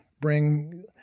Bring